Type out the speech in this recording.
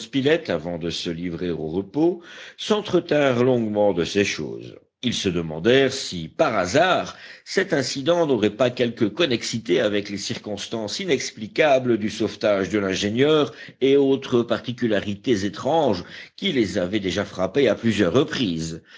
avant de se livrer au repos s'entretinrent longuement de ces choses ils se demandèrent si par hasard cet incident n'aurait pas quelque connexité avec les circonstances inexplicables du sauvetage de l'ingénieur et autres particularités étranges qui les avaient déjà frappés à plusieurs reprises